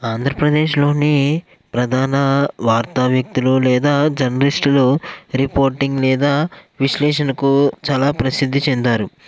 ఆంధ్రప్రదేశ్లోని ప్రధాన వార్తా వ్యక్తులు లేదా జర్నలిస్టులు రిపోర్టింగ్ లేదా విశ్లేషణకు చాలా ప్రసిద్ధి చెందారు